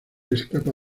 escapa